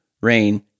rain